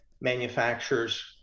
manufacturers